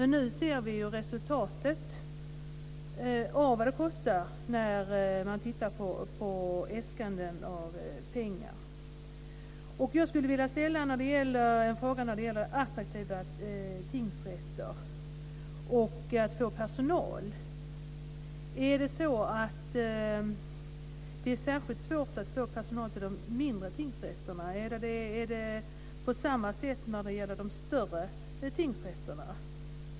Nu ser vi resultatet och vad det kostar om man tittar äskanden av pengar. Jag skulle vilja ställa en fråga om attraktiva tingsrätter och möjligheten att få personal. Är det särskilt svårt att få personal till de mindre tingsrätterna? Är det på samma sätt när det gäller de större tingsrätterna?